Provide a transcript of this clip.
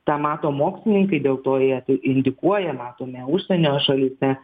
tą mato mokslininkai dėl to jie tai indikuoja matome užsienio šalyse